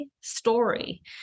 story